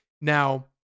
Now